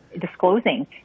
disclosing